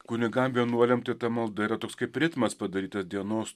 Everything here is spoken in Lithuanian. kunigam vienuoliam tai ta malda yra toks kaip ritmas padarytas dienos